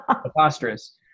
preposterous